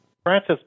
Francis